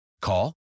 Call